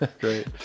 great